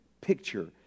picture